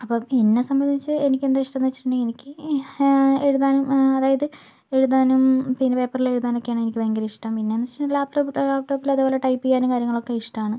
അപ്പം എന്നെ സംബന്ധിച്ച് എനിക്ക് എന്താ ഇഷ്ടം എന്നു വച്ചിട്ടുണ്ടെങ്കിൽ എനിക്ക് എഴുതാനും അതായത് എഴുതാനും പിന്നെ പേപ്പറിൽ എഴുതാനൊക്കെയാണ് എനിക്ക് ഭയങ്കര ഇഷ്ടം പിന്നെയെന്ന് വച്ചിട്ടുണ്ടെങ്കിൽ ലാപ്ടോപ്പ് ലാപ്ടോപ്പിൽ അതേപോല ടൈപ്പ് ചെയ്യാനും കാര്യങ്ങളൊക്കെ ഇഷ്ടം ആണ്